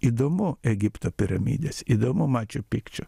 įdomu egipto piramidės įdomu mačiu pikčiu